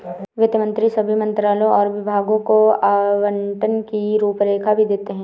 वित्त मंत्री सभी मंत्रालयों और विभागों को आवंटन की रूपरेखा भी देते हैं